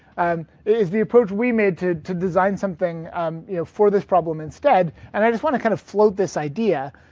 um is the approach we made to to design something for this problem instead. and i just want to kind of float this idea